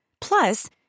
Plus